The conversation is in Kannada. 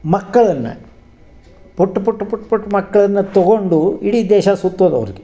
ಮಕ್ಕಳನ್ನು ಪುಟ್ಟ ಪುಟ್ಟ ಪುಟ್ಟ ಪುಟ್ಟ ಮಕ್ಳನ್ನು ತಗೊಂಡು ಇಡೀ ದೇಶ ಸುತ್ತೋದು ಅವ್ರ್ಗೆ